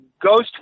ghost